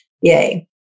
Yay